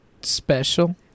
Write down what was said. special